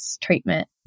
treatment